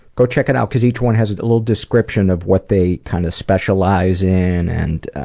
go check it out because each one has a little description of what they kind of specialize in and.